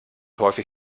häufig